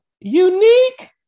unique